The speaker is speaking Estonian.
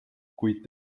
kuid